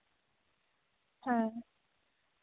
ᱦᱮᱸ